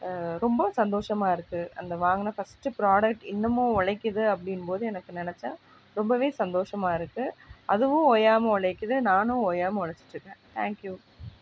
ரொம்ப சந்தோஷமாக இருக்கு அந்த வாங்கின ஃபர்ஸ்ட்டு ப்ராடக்ட் இன்னமும் உழைக்கிது அப்படின் போது எனக்கு நினைச்சா ரொம்பவே சந்தோஷமாக இருக்கு அதுவும் ஓயாம உழைக்குது நானும் ஓயாம உழைச்சிட்டுருக்கேன் தேங்க் யூ